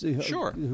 Sure